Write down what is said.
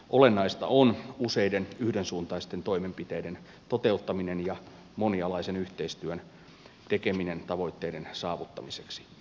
olennaista on useiden yhdensuuntaisten toimenpiteiden toteuttaminen ja monialaisen yhteistyön tekeminen tavoitteiden saavuttamiseksi